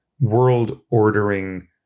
world-ordering